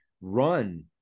run